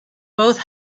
both